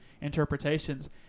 interpretations